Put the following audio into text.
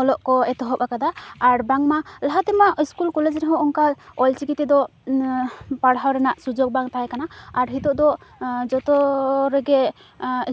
ᱚᱞᱚᱜ ᱠᱚ ᱮᱛᱚᱦᱚᱵ ᱟᱠᱟᱫᱟ ᱟᱨ ᱵᱟᱝᱢᱟ ᱞᱟᱦᱟ ᱛᱮᱢᱟ ᱤᱥᱠᱩᱞ ᱠᱚᱞᱮᱡᱽ ᱨᱮᱦᱚᱸ ᱚᱱᱠᱟ ᱚᱞ ᱪᱤᱠᱤ ᱛᱮᱫᱚ ᱯᱟᱲᱦᱟᱣ ᱨᱮᱱᱟᱜ ᱥᱩᱡᱳᱜᱽ ᱵᱟᱝ ᱛᱟᱦᱮᱸ ᱠᱟᱱᱟ ᱟᱨ ᱱᱤᱛᱚᱜ ᱫᱚ ᱡᱚᱛᱚ ᱨᱮᱜᱮ